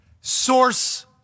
Source